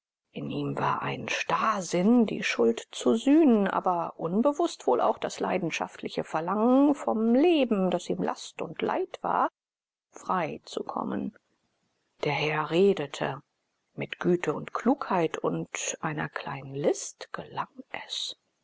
in ihm war ein starrsinn die schuld zu sühnen aber unbewußt wohl auch das leidenschaftliche verlangen vom leben das ihm last und leid war frei zu kommen der herr redete mit güte und klugheit und einer kleinen list gelang es